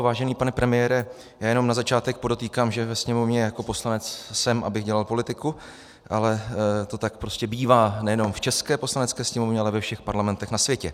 Vážený pane premiére, já jen na začátek podotýkám, že ve Sněmovně jako poslanec jsem, abych dělal politiku, ale to tak prostě bývá nejen v české Poslanecké sněmovně, ale ve všech parlamentech na světě.